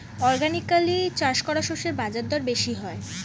organically চাষ করা শস্যের বাজারদর বেশি হয়